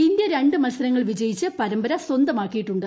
India രണ്ട് മത്സരങ്ങൾ വിജയിച്ച് പരമ്പര സ്വന്തമാക്കിയിട്ടുണ്ട്